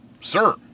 Sir